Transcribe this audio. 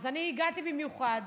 אז אני הגעתי במיוחד